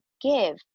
give